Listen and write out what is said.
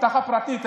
אבטחה פרטית,